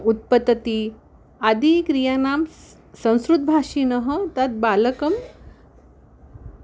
उत्पतति आदिक्रियाणां संस्कृतभाषिणः तद् बालकं